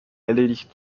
erledigt